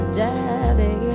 daddy